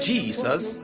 Jesus